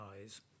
eyes